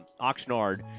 Oxnard